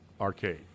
arcade